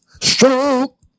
Stroke